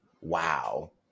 wow